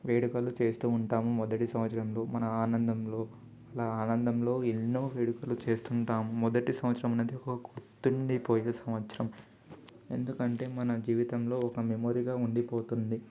వేడుకలు చేస్తు ఉంటాము మొదటి సంవత్సరంలో మన ఆనందంలో అలా ఆనందంలో ఎన్నో వేడుకలు చేస్తుంటాం మొదటి సంవత్సరం అనేది ఒక గుర్తుండి పోయే సంవత్సరం ఎందుకంటే మన జీవితంలో ఒక మెమోరీగా ఉండిపోతుంది